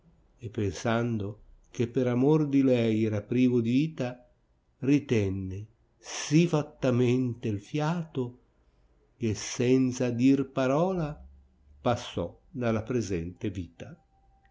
e pensando che per amor di lei era privo di vita ritenne sì fattamente il fiato che senza dir parola passò della presente vita